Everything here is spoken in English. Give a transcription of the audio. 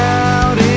out